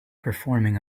performing